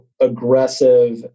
aggressive